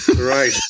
Right